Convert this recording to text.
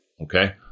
Okay